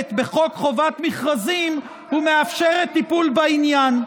בחוק חובת מכרזים ומאפשרת טיפול בעניין.